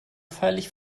feierlich